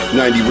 90